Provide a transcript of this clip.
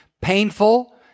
painful